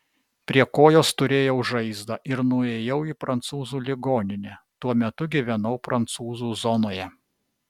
prie kojos turėjau žaizdą ir nuėjau į prancūzų ligoninę tuo metu gyvenau prancūzų zonoje